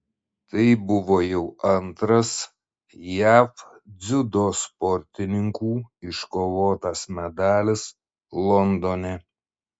tai buvo jau antras jav dziudo sportininkų iškovotas medalis londone